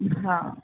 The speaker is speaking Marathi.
हां